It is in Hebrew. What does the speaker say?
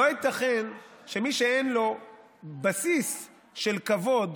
לא ייתכן שמי שאין לו בסיס של כבוד